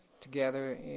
together